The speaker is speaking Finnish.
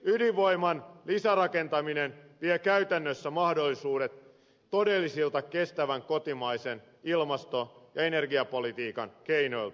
ydinvoiman lisärakentaminen vie käytännössä mahdollisuudet todellisilta kestävän kotimaisen ilmasto ja energiapolitiikan keinoilta